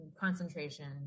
concentration